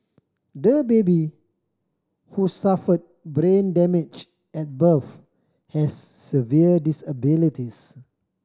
the baby who suffered brain damage at birth has severe disabilities